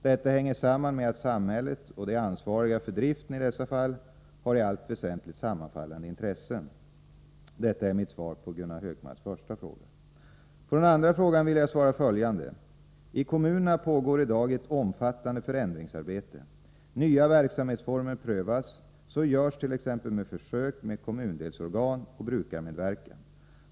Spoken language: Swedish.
Detta hänger samman med att samhället och de ansvariga för driften i dessa fall har i allt väsentligt sammanfallande intressen. Detta är mitt svar på Gunnar Hökmarks första fråga. På den andra frågan vill jag svara följande. I kommunerna pågår i dag ett omfattande förändringsarbete. Nya verksamhetsformer prövas. Så görst.ex. försök med kommundelsorgan och brukarmedverkan.